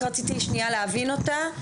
רק רציתי להבין אותה.